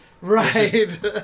Right